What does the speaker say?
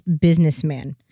businessman